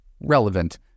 relevant